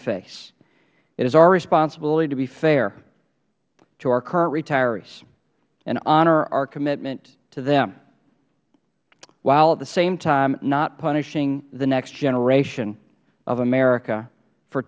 it is our responsibility to be fair to our current retirees and honor our commitment to them while at the same time not punishing the next generation of america for